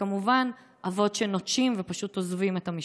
וכמובן אבות שנוטשים ופשוט עוזבים את המשפחה?